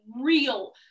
real